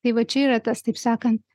tai va čia yra tas taip sakant